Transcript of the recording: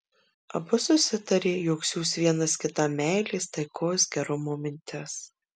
abu susitarė jog siųs vienas kitam meilės taikos gerumo mintis